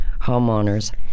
homeowners